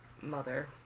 mother